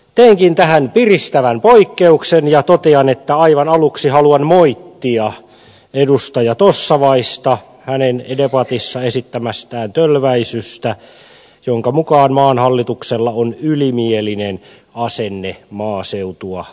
teenkin tähän piristävän poikkeuksen ja totean että aivan aluksi haluan moittia edustaja tossavaista hänen debatissa esittämästään tölväisystä jonka mukaan maan hallituksella on ylimielinen asenne maaseutua kohtaan